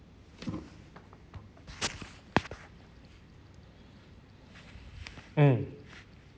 mm